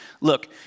look